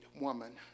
woman